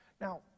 Now